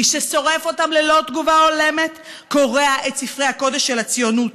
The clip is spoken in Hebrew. מי ששורף אותם ללא תגובה הולמת קורע את ספרי הקודש של הציונות,